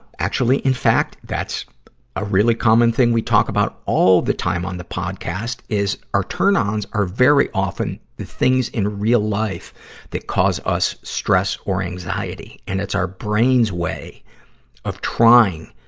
actually, in fact, that's a really common thing we talk about all the time on the podcast is our turn-ons are very often the things in real life that cause us stress or anxiety, and it's our brain's way of trying